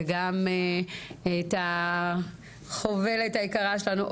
וגם את החובלת היקרה שלנו,